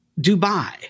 Dubai